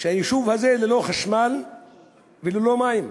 יישוב ללא חשמל וללא מים,